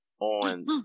on